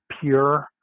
pure